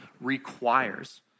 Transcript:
requires